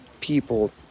people